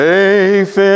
Safe